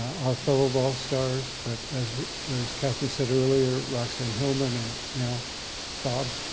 our fellow vol stars, but as kathy said earlier, roxanne hillman and now bob.